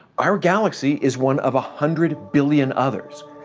our galaxy is one of a hundred billion others.